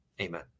Amen